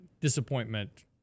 Disappointment